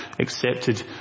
accepted